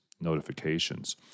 notifications